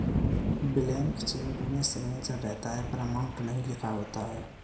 blank cheque में signature रहता है पर अमाउंट नहीं लिखा होता है